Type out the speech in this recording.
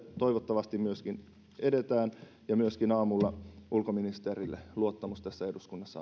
toivottavasti myöskin edetään ja aamulla ulkoministerille luottamus tässä eduskunnassa